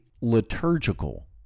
liturgical